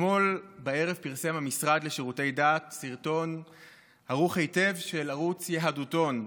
אתמול בערב פרסם המשרד לשירותי דת סרטון ערוך היטב של ערוץ "יהדותון",